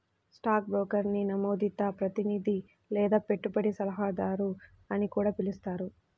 stock బ్రోకర్ని నమోదిత ప్రతినిధి లేదా పెట్టుబడి సలహాదారు అని కూడా పిలుస్తారు